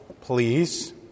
please